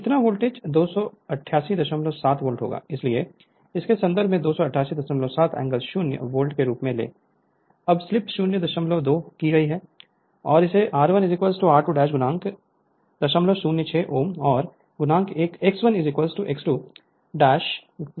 इतना volt 2887 volt होगा इसलिए इसे संदर्भ 2887 एंगल 0 वोल्ट के रूप में लें अब स्लीप 002 दी गई है और इसे r 1r2 006 ohm और x 1x 2 021 ohm दिया गया है